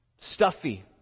stuffy